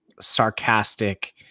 sarcastic